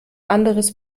anderes